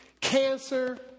Cancer